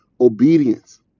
Obedience